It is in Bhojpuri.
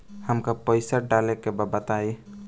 हमका पइसा डाले के बा बताई